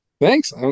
Thanks